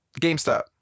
GameStop